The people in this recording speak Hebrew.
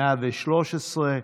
מס' 113: